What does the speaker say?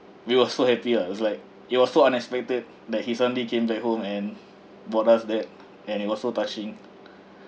we were so happy ah it was like it was so unexpected that he suddenly came back home and bought us that and it was so touching